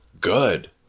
good